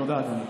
תודה, אדוני.